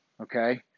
okay